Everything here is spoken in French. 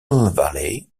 valley